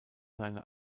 seine